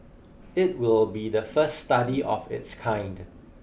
it will be the first study of its kind